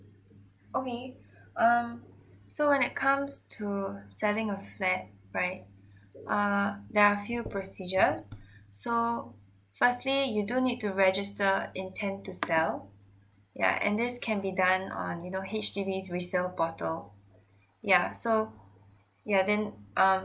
okay um so when it comes to selling a flat right err there are procedures so firstly you don't need to register intend to sell ya and this can be done on you know H_D_B's resale portal yeah so yeah then um